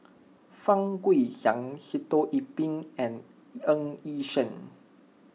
Fang Guixiang Sitoh Yih Pin and Ng Yi Sheng